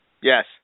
Yes